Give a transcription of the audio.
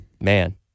Man